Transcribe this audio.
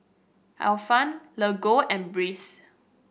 Ifan Lego and Breeze